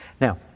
Now